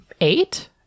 eight